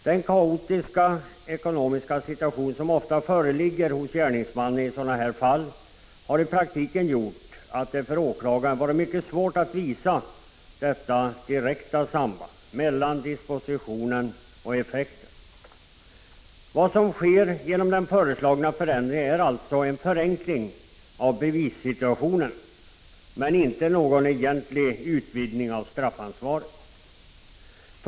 Den kaotiska ekonomiska situation som ofta föreligger hos gärningsmannen i sådana här fall har i praktiken gjort att det för åklagaren varit mycket svårt att visa detta direkta samband mellan dispositionen och effekten. Vad som sker genom den föreslagna förändringen är alltså en förenkling av bevissituationen men inte någon egentlig utvidgning av straffansvaret.